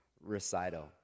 recital